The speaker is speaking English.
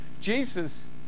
Jesus